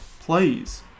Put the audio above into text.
Please